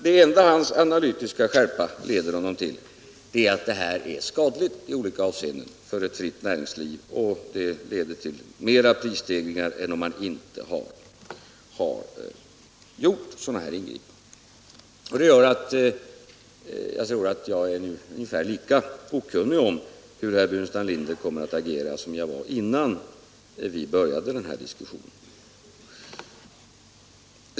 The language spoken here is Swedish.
Det enda hans analytiska skärpa leder honom till är att det här är skadligt i olika avseenden för ett fritt näringsliv och att det leder till fler prisstegringar än om man inte gör sådana här ingripanden. Därför är jag nu ungefär lika okunnig om hur herr Burenstam Linder kommer att agera som jag var innan vi började denna diskussion.